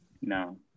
No